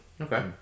Okay